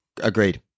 Agreed